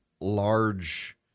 large